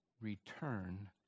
Return